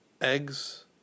eggs